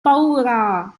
paura